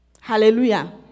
Hallelujah